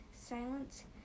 silence